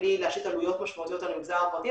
בלי להשית עלויות משמעותיות על המגזר הפרטי,